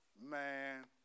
man